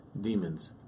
demons